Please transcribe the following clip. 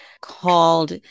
called